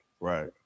Right